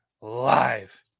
live